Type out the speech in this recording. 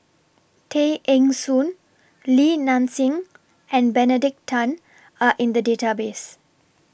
Tay Eng Soon Li Nanxing and Benedict Tan Are in The Database